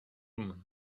women